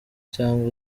cyangwa